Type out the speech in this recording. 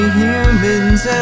humans